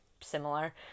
similar